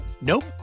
Nope